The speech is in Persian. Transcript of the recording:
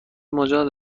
مجاز